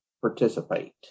participate